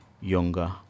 younger